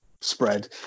spread